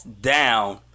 down